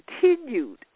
continued